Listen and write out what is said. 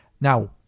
Now